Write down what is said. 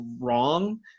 wrong